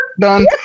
done